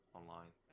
online